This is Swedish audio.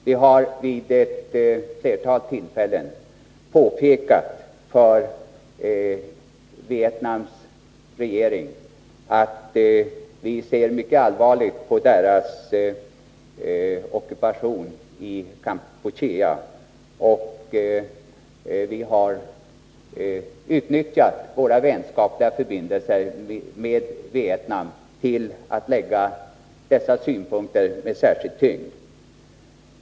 Vi har vid ett flertal tillfällen utnyttjat våra vänskapliga förbindelser med Vietnam till att påpeka för Vietnams regering att vi ser mycket allvarligt på dess ockupation av Kampuchea.